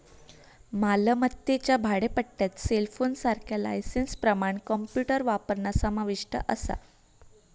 मालमत्तेच्या भाडेपट्ट्यात सेलफोनसारख्या लायसेंसप्रमाण कॉम्प्युटर वापरणा समाविष्ट असा